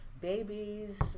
babies